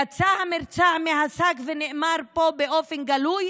יצא המרצע מן השק ונאמר פה באופן גלוי